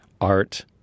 art